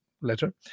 letter